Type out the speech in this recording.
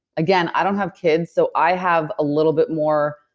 again, i don't have kids so i have a little bit more,